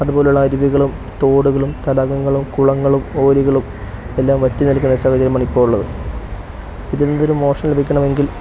അതുപോലുള്ള അരുവികളും തോടുകളും തടാകങ്ങളും കുളങ്ങളും ഓരികളും എല്ലാം വറ്റി നിൽക്കുന്ന സാഹചര്യമാണിപ്പോൾ ഉള്ളത് ഇതിൽ നിന്നൊരു മോക്ഷം ലഭിക്കണം എങ്കിൽ